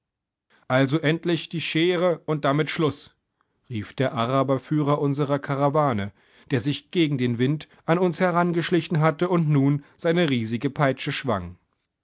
also endlich die schere und damit schluß rief der araberführer unserer karawane der sich gegen den wind an uns herangeschlichen hatte und nun seine riesige peitsche schwang